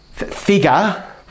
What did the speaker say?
figure